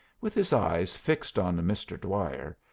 with his eyes fixed on mr. dwyer,